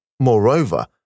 Moreover